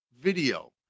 video